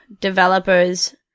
developers